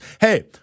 Hey